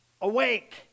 awake